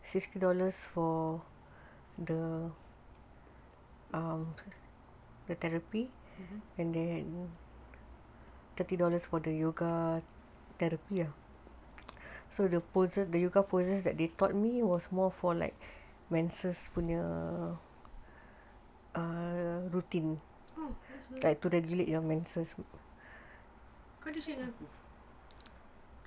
oh that's good kau pernah share dengan aku